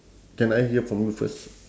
can I hear from you first